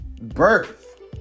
birth